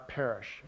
perish